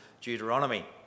Deuteronomy